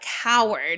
coward